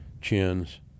Chins